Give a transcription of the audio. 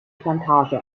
plantage